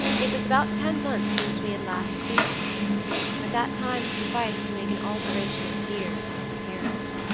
it was about ten months since we had last seen him but that time had sufficed to make an alteration of years in his appearance.